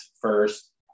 first